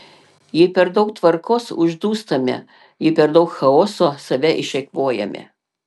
jei per daug tvarkos uždūstame jei per daug chaoso save išeikvojame